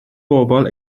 bobol